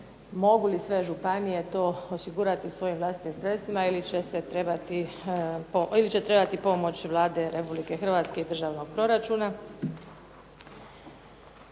mogu li sve županije to osigurati svojim vlastitim sredstvima ili će trebati pomoć Vlade Republike Hrvatske i državnog proračuna.